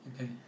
Okay